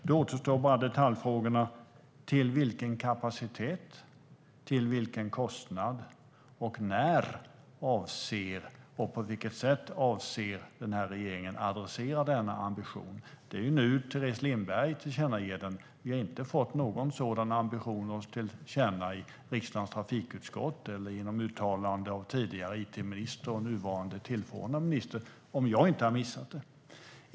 Då återstår bara detaljfrågorna: Till vilken kapacitet, till vilken kostnad och när och på vilket sätt avser den här regeringen att adressera denna ambition? Det är nu den tillkännages, av Teres Lindberg. Vi har inte fått någon sådan ambition oss till känna i riksdagens trafikutskott eller genom uttalande av tidigare it-minister eller nuvarande tillförordnad minister - om jag inte har missat det.